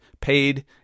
paid